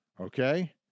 Okay